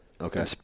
Okay